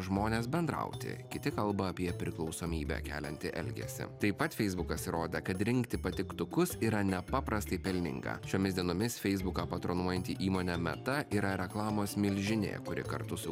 žmones bendrauti kiti kalba apie priklausomybę keliantį elgesį taip pat feisbukas rodė kad rinkti patiktukus yra nepaprastai pelninga šiomis dienomis feisbuką patronuojanti įmonė meta yra reklamos milžinė kuri kartu su